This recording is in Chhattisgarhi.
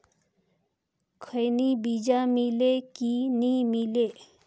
खैनी बिजा मिले कि नी मिले?